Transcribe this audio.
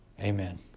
Amen